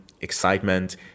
excitement